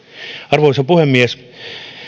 arvoisa puhemies